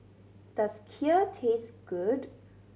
does Kheer taste good